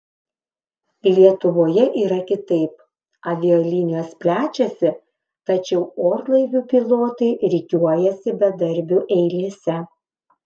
lietuvoje yra kitaip avialinijos plečiasi tačiau orlaivių pilotai rikiuojasi bedarbių eilėse